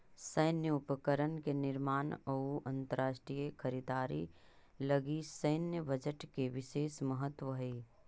सैन्य उपकरण के निर्माण अउ अंतरराष्ट्रीय खरीदारी लगी सैन्य बजट के विशेष महत्व हई